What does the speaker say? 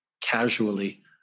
casually